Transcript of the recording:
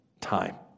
time